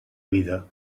vida